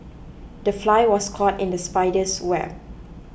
the fly was caught in the spider's web